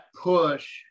push